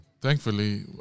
thankfully